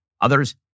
others